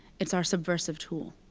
it's our subversive tool.